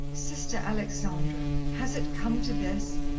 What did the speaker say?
sister alexandra! has it come to this?